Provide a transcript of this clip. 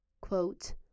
Quote